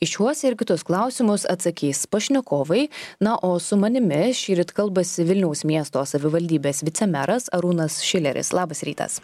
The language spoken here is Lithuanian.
į šiuos ir kitus klausimus atsakys pašnekovai na o su manimi šįryt kalbasi vilniaus miesto savivaldybės vicemeras arūnas šileris labas rytas